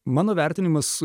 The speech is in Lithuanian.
mano vertinimas